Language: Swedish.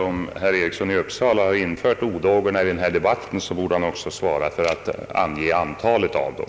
Om herr Eriksson i Uppsala har infört odågorna i debatten så är det ju rimligt att han också själv besvarar frågan om antalet av dem.